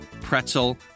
pretzel